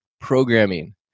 programming